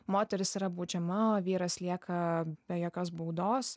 moteris yra baudžiama o vyras lieka be jokios baudos